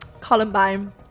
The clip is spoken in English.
Columbine